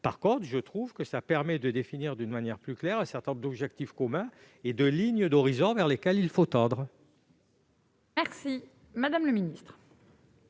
au contraire, cela permet de définir de manière plus claire un certain nombre d'objectifs communs et de lignes d'horizon vers lesquelles il faut tendre. La parole est à Mme la ministre.